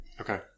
Okay